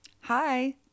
Hi